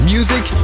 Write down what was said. Music